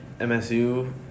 MSU